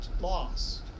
lost